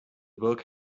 book